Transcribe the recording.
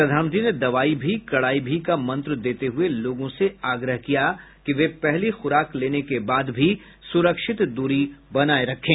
प्रधानमंत्री ने दवाई भी कड़ाई भी का मंत्र देते हुए लोगों से आग्रह किया कि वे पहली खुराक लेने के बाद भी सुरक्षित दूरी बनाए रखें